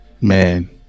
man